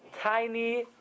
tiny